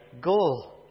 goal